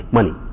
money